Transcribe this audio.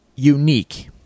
unique